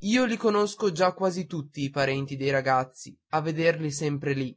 io li conosco già quasi tutti i parenti dei ragazzi a vederli sempre lì